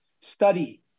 study